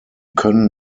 können